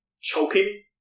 choking